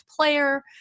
player